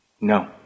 No